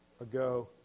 ago